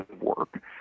work